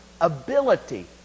ability